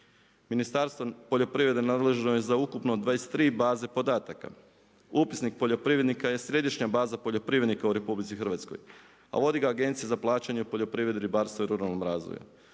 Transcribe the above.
Ministarstvo poljoprivrede nadležno je za ukupno 23 baze podataka. Upisnik poljoprivrednika je središnja baza poljoprivrednika u RH a vodi ga Agencija za plaćanje u poljoprivredi, ribarstvu i ruralnom razvoju.